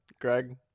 greg